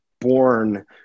born